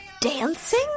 dancing